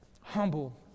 humble